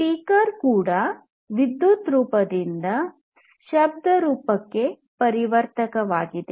speaker ಕೂಡ ವಿದ್ಯುತ್ ರೂಪದಿಂದ ಶಬ್ದರೂಪಕ್ಕೆ ಪರಿವರ್ತಕವಾಗಿದೆ